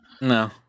No